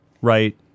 right